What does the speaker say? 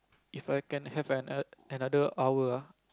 If I can have an another hour